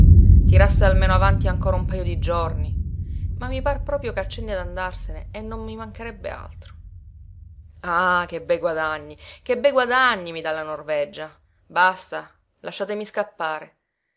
tirasse almeno avanti ancora un pajo di giorni ma mi par proprio ch'accenni d'andarsene e non mi mancherebbe altro ah che bei guadagni che bei guadagni mi dà la norvegia basta lasciatemi scappare